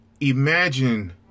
Imagine